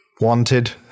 Wanted